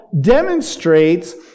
demonstrates